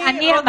אני אמרתי.